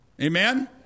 amen